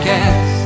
Cast